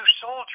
soldiers